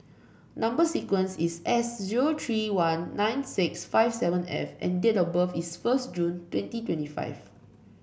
number sequence is S zero three one nine six five seven F and date of birth is first June twenty twenty five